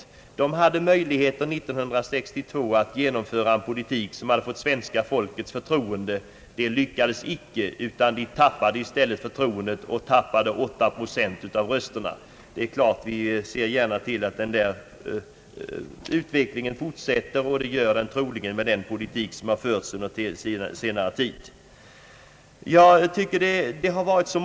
Socialdemokraterna hade år 1962 möjlighet att genomföra en politik, som hade kunnat vinna svenska folkets förtroende. Det lyckades de inte med, utan de tappade i stället det förtroendet och tappade 8 procent av rösterna. Det är klart att vi gärna ser till att den utvecklingen fortsätter, och det gör den troligen med den politik som socialdemokraterna har fört under senare tid.